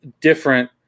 different